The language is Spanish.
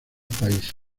países